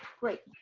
great.